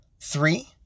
Three